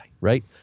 right